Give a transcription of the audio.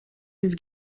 his